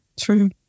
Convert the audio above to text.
True